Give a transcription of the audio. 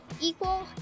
equal